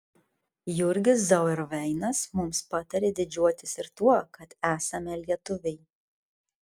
jurgis zauerveinas mums patarė didžiuotis ir tuo kad esame lietuviai